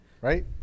right